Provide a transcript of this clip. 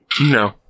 No